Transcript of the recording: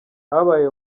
habaye